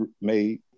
made